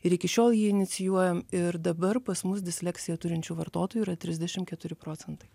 ir iki šiol jį inicijuojam ir dabar pas mus disleksiją turinčių vartotojų yra trisdešim keturi procentai